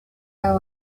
are